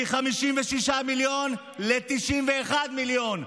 מ-56 מיליון ל-91 מיליון,